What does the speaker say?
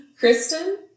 Kristen